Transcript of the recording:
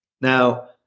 now